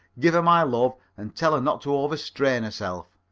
give her my love and tell her not to over-strain herself.